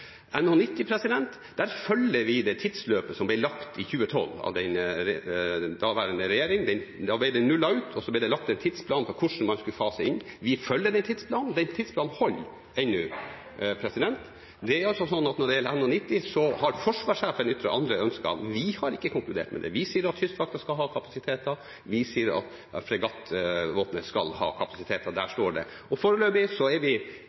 Der følger vi det tidsløpet som ble lagt i 2012 av daværende regjering. Da ble det nullet ut, og så ble det laget en tidsplan for hvordan man skulle fase inn. Vi følger den tidsplanen. Den holder ennå. Det er altså slik at når det gjelder NH90, har forsvarssjefen ytret andre ønsker. Vi har ikke konkludert med det. Vi sier at Kystvakten skal ha kapasiteter, vi sier at fregattvåpenet skal ha kapasiteter, og der står det. Foreløpig er vi